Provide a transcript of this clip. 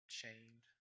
chained